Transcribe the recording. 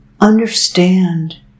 understand